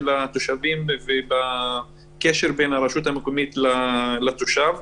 התושבים ובקשר בין הרשות המקומית לתושב.